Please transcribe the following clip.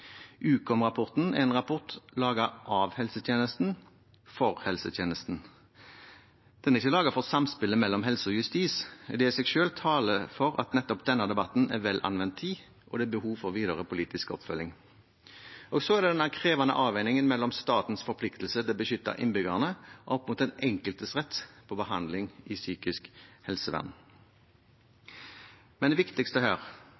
er en rapport laget av helsetjenesten og for helsetjenesten. Den er ikke laget for samspillet mellom helse og justis. Det i seg selv taler for at nettopp denne debatten er vel anvendt tid, og at det er behov for videre politisk oppfølging. Og så er det denne krevende avveiningen mellom statens forpliktelse til å beskytte innbyggerne og den enkeltes rett på behandling i psykisk helsevern. Men det viktigste her